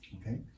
Okay